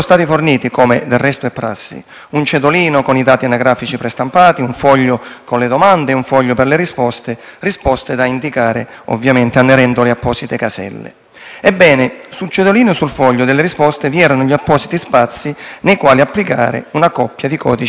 in misura trascurabile. Ulteriori dubbi sul bando sono emersi su alcune testate giornalistiche locali, nelle quali è stato ampiamente messo in risalto il fatto che la data originariamente prevista per lo svolgimento della prova preselettiva sia stata rinviata per permettere ad alcuni candidati